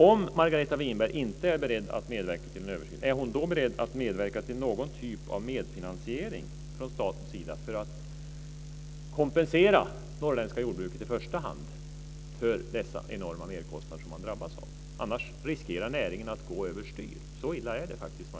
Om Margareta Winberg inte är beredd att medverka till en översyn, är hon då beredd att medverka till någon typ av medfinansiering från statens sida för att kompensera i första hand det norrländska jordbruket för de enorma merkostnader som man drabbas av? Annars riskerar näringen att gå över styr. Så illa är det faktiskt. Jag